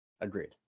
Agreed